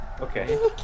okay